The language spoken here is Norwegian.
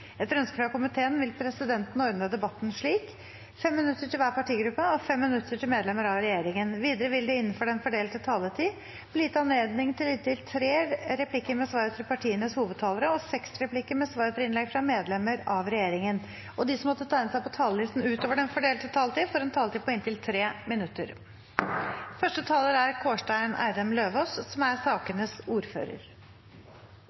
Etter ønske fra næringskomiteen vil presidenten ordne debatten slik: 5 minutter til hver partigruppe og 5 minutter til medlemmer av regjeringen. Videre vil det – innenfor den fordelte taletid – bli gitt anledning til inntil tre replikker med svar etter partienes hovedtalere og seks replikker med svar etter innlegg fra medlemmer av regjeringen, og de som måtte tegne seg på talerlisten utover den fordelte taletid, får en taletid på inntil 3 minutter. Det er